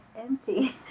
empty